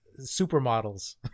supermodels